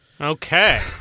Okay